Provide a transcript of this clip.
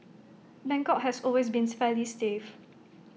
Bangkok has always been fairly safe